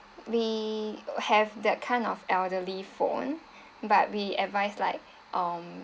we have that kind of elderly phone but we advice like um